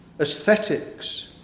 aesthetics